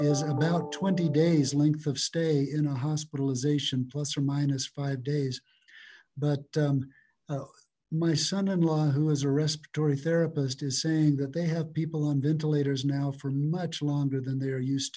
is about twenty days length of stay in a hospitalization plus or minus five days but my son in law who is a respiratory therapist is saying that they have people on ventilators now for much longer than they are used